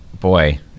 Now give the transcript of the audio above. boy